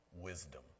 wisdom